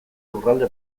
lurralde